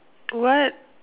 what